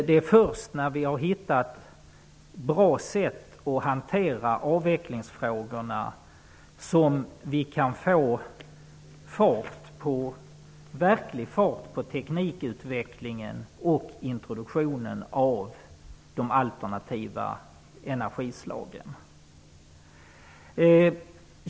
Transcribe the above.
Det är först när vi har hittat bra sätt att hantera avvecklingsfrågorna som vi kan få verklig fart på teknikutvecklingen och introduktionen av de alternativa energislagen.